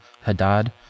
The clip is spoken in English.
Hadad